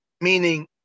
meaning